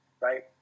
right